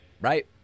Right